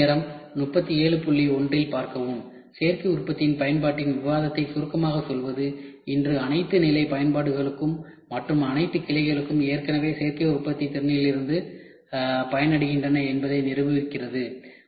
சேர்க்கை உற்பத்தியின் பயன்பாட்டின் விவாதத்தை சுருக்கமாகச் சொல்வது இன்று அனைத்து நிலை பயன்பாடுகளும் மற்றும் அனைத்து கிளைகளும் ஏற்கனவே சேர்க்கை உற்பத்தியின் திறனிலிருந்து பயனடைகின்றன என்பதை நிரூபிக்கிறது